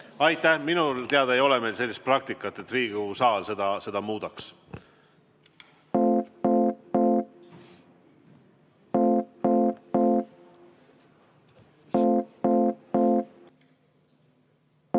Aitäh! Minu teada ei ole meil sellist praktikat, et Riigikogu saal seda muudaks.